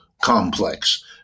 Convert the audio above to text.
complex